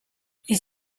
les